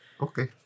Okay